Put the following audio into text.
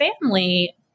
family